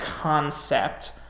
concept